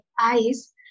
eyes